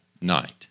night